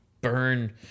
burn